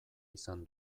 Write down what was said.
izan